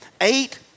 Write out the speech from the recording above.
eight